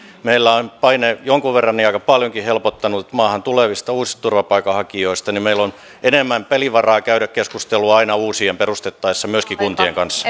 meillä on paine jonkun verran ja aika paljonkin helpottanut maahan tulevista uusista turvapaikanhakijoista meillä on enemmän pelivaraa käydä keskustelua aina uusia perustettaessa myöskin kuntien kanssa